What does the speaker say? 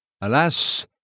Alas